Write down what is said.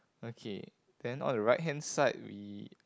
okay then on the right hand side we